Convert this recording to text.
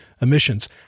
emissions